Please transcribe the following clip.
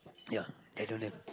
ya they don't have